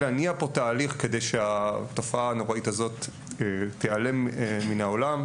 להניע פה תהליך כדי שהתופעה הנוראית הזו תיעלם מהעולם.